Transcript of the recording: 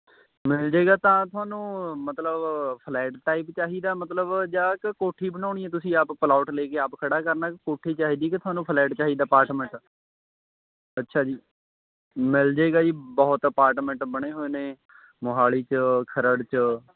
ਮਿਲ ਜੇਗਾ ਤਾਂ ਤੁਹਾਨੂੰ ਮਤਲਬ ਫਲੈਟ ਟਾਈਪ ਚਾਹੀਦਾ ਮਤਲਬ ਜਾਂ ਕਿ ਕੋਠੀ ਬਣਾਉਣੀ ਆ ਤੁਸੀਂ ਆਪ ਪਲੋਟ ਲੈ ਕੇ ਆਪ ਖੜ੍ਹਾ ਕਰਨਾ ਕੋਠੀ ਚਾਹੀਦੀ ਕਿ ਤੁਹਾਨੂੰ ਫਲੈਟ ਚਾਹੀਦਾ ਅਪਾਰਟਮੈਂਟ ਅੱਛਾ ਜੀ ਮਿਲ ਜੇਗਾ ਜੀ ਬਹੁਤ ਅਪਾਰਟਮੈਂਟ ਬਣੇ ਹੋਏ ਨੇ ਮੋਹਾਲੀ 'ਚ ਖਰੜ 'ਚ